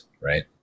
Right